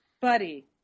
buddy